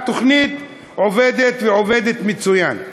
התוכנית עובדת, ועובדת מצוין.